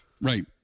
Right